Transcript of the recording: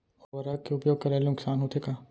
उर्वरक के उपयोग करे ले नुकसान होथे का?